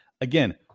Again